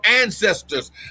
ancestors